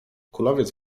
kulawiec